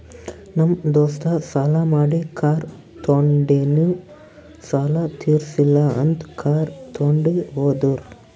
ನಮ್ ದೋಸ್ತ ಸಾಲಾ ಮಾಡಿ ಕಾರ್ ತೊಂಡಿನು ಸಾಲಾ ತಿರ್ಸಿಲ್ಲ ಅಂತ್ ಕಾರ್ ತೊಂಡಿ ಹೋದುರ್